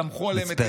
סמכו עליהם את ידיהם.